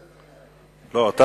לא,